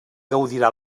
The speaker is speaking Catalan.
gaudirà